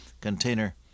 container